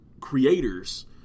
creators